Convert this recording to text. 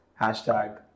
Hashtag